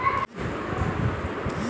Sonalika tractor पर कितना offer चल रहा है?